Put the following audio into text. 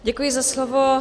Děkuji za slovo.